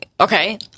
Okay